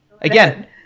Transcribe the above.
again